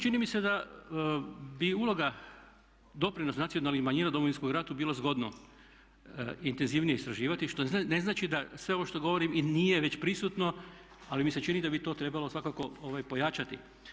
Čini mi se da bi uloga, doprinos nacionalnih manjina u Domovinskom ratu bilo zgodno intenzivnije istraživati što ne znači da sve ovo što govorim i nije već prisutno ali mi se čini da bi to trebalo svakako pojačati.